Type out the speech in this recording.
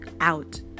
out